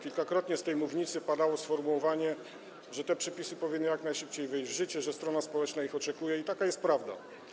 Kilkakrotnie z tej mównicy padało sformułowanie, że te przepisy powinny jak najszybciej wejść w życie, że strona społeczna ich oczekuje, i taka jest prawda.